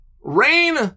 rain